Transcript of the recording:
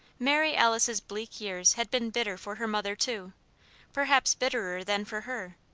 mary alice's bleak years had been bitter for her mother, too perhaps bitterer than for her.